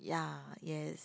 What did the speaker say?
ya yes